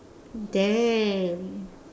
dang